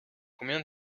combien